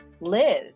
live